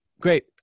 great